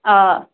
آ